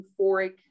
euphoric